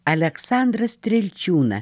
aleksandrą strielčiūną